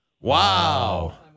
Wow